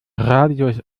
radius